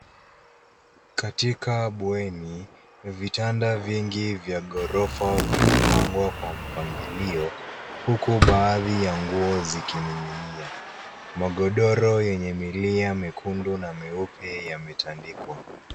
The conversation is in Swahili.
Katika bweni, vitanda vingi vya ghorofa vimepangwa kwa mpangilio, huku baadhi ya nguo zikining'inia. Magodoro yenye milia mekundu na meupe yametandikwa.